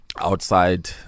outside